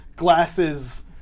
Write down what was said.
Glasses